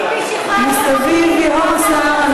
ביבי שחרר מחבלים, מסביב ייהום הסער.